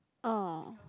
oh